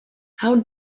how